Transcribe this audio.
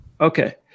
Okay